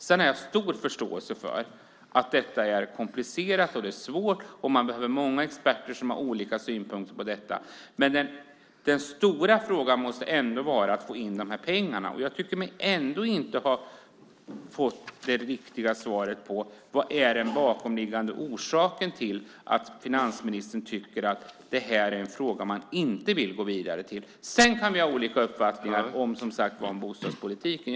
Jag har stor förståelse för att detta är komplicerat och svårt och att man behöver många experter som har olika synpunkter på detta. Men den stora frågan måste ändå vara att få in pengarna. Jag tycker mig ändå inte ha fått det riktiga svaret på vad som är den bakomliggande orsaken till att finansministern inte vill gå vidare i denna fråga. Sedan kan vi ha olika uppfattningar i bostadspolitiken.